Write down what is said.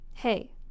Hey